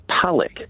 Pollock